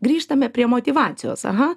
grįžtame prie motyvacijos aha